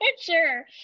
Sure